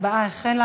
ההצבעה החלה,